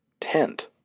tent